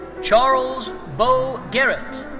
charles beau garrett.